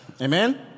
Amen